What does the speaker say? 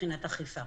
מבחינת אכיפה.